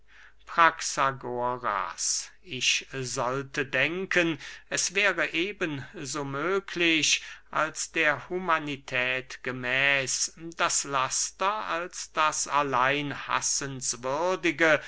praxagoras ich sollte denken es wäre eben so möglich als der humanität gemäß das laster als das allein